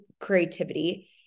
creativity